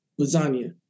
lasagna